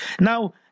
Now